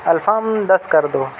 الفام دس کر دو